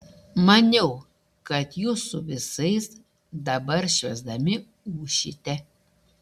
maniau kad jūs su visais dabar švęsdami ūšite